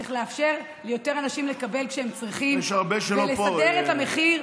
צריך לאפשר ליותר אנשים לקבל כשהם צריכים ולסדר את המחיר,